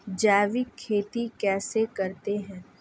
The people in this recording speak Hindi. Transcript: जैविक खेती कैसे करते हैं?